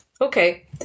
Okay